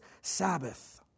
Sabbath